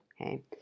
Okay